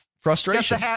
frustration